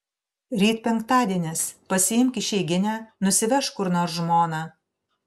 ryt penktadienis pasiimk išeiginę nusivežk kur nors žmoną